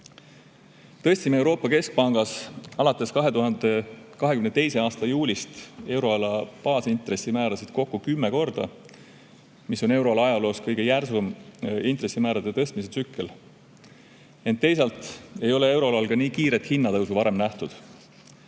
tõstnud Euroopa Keskpangas euroala baasintressimäärasid kokku kümme korda – see on euroala ajaloos kõige järsum intressimäärade tõstmise tsükkel. Ent teisalt ei ole euroalal ka nii kiiret hinnatõusu varem nähtud.